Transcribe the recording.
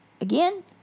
again